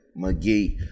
McGee